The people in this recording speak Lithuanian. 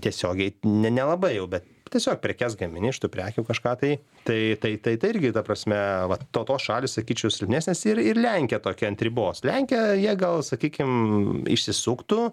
tiesiogiai ne nelabai jau bet tiesiog prekes gamini iš tų prekių kažką tai tai tai tai tai irgi ta prasme vat to tos šalys sakyčiau silpnesnės ir ir lenkija tokia ant ribos lenkija jie gal sakykim išsisuktų